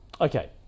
Okay